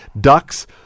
Ducks